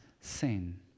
sin